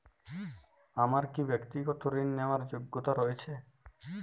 আমার কী ব্যাক্তিগত ঋণ নেওয়ার যোগ্যতা রয়েছে?